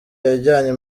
yajyanye